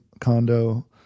condo